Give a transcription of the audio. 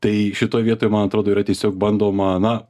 tai šitoj vietoj man atrodo yra tiesiog bandoma na